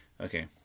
Okay